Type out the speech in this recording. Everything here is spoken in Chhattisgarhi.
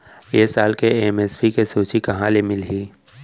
ए साल के एम.एस.पी के सूची कहाँ ले मिलही?